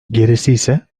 gerisiyse